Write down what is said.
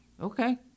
Okay